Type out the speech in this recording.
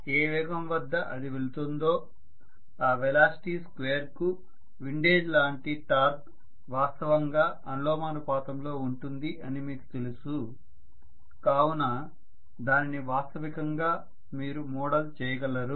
ఏ వేగం వద్ద అది వెళుతోందో ఆ వెలాసిటీ స్క్వేర్ కు విండేజ్ లాంటి టార్క్ వాస్తవంగా అనులోమానుపాతంలో ఉంటుంది అని మీకు తెలుసు కావున దానిని వాస్తవికంగా మీరు మోడల్ చేయగలరు